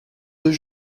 deux